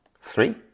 Three